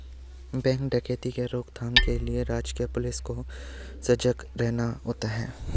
bank डकैती के रोक थाम के लिए राजकीय पुलिस को सजग रहना होता है